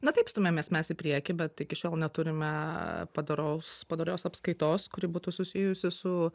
na taip stumiamės mes į priekį bet iki šiol neturime padoraus padorios apskaitos kuri būtų susijusi su